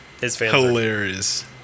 Hilarious